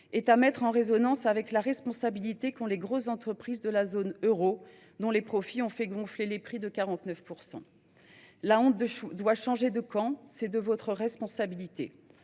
est à mettre en résonance avec la responsabilité qu’ont les grosses entreprises de la zone euro, dont les profits ont fait gonfler les prix de 49 %. La honte doit changer de camp ; il y va de votre responsabilité